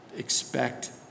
Expect